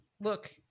look